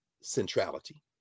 centrality